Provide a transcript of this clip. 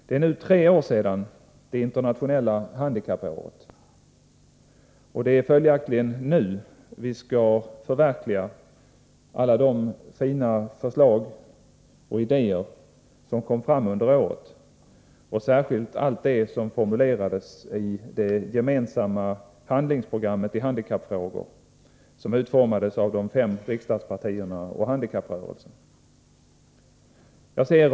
Det är nu tre år sedan vi hade det internationella handikappåret, och det är följaktligen nu vi skall förverkliga alla de fina förslag och idéer som kom fram under det året. Detta gäller särskilt allt som formulerades i det gemensamma handlingsprogrammet i handikappfrågor, som utformades av de fem riksdagspartierna och handikapprörelsen.